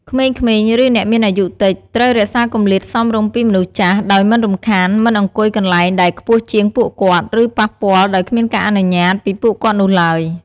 ក្មេងៗ ឬ អ្នកមានអាយុតិច ត្រូវរក្សាទម្លាតសមរម្យពីមនុស្សចាស់ ដោយមិនរំខាន មិនអង្គុយកន្លែងដែលខ្ពស់ជាងពួកគាត់ ឬ ប៉ះពាល់ដោយគ្មានការអនុញ្ញាតិពីពួកគាត់នោះឡើយ។